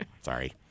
Sorry